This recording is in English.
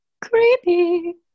creepy